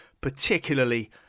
particularly